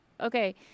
Okay